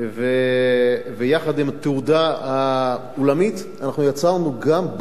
יחד עם התהודה העולמית אנחנו יצרנו גם "באז"